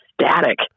static